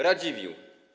Radziwiłł.